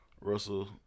Russell